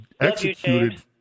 executed